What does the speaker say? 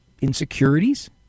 insecurities